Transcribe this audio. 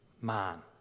man